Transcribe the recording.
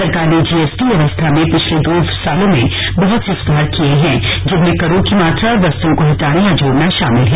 सरकार ने G S T व्यवस्था में पिछले दो वर्षो में बहुत से सुधार किये हैं जिनमें करों की मात्रा और वस्तुओं को हटाना या जोड़ना शामिल हैं